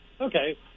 Okay